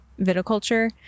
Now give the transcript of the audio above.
viticulture